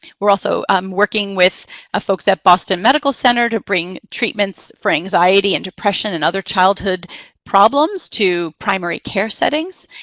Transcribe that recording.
we're also um working with ah folks at boston medical center to bring treatments for anxiety and depression and other childhood problems to primary care settings.